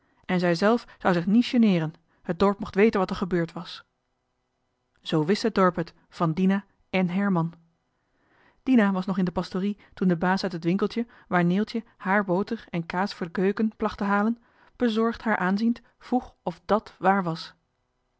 en zij zelf zou zich nie sjeneeren het dorp mocht weten wat er gebeurd was zoo wist het dorp het van dina èn herman dina was nog in de pastorie toen de baas uit het winkeltje waar neeltje hààr boter en kaas voor de keuken placht te halen bezorgd haar aanziend vroeg of dat waar was